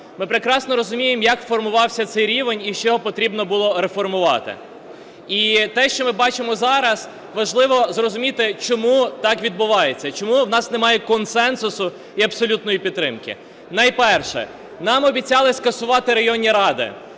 Ми прекрасно розуміємо, як формувався цей рівень і що потрібно було реформувати. І те, що ми бачимо зараз, важливо зрозуміти, чому так відбувається і чому у нас немає консенсусу і абсолютної підтримки. Найперше. Нам обіцяли скасувати районні ради,